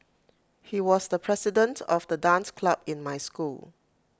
he was the president of the dance club in my school